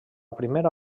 primera